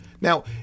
Now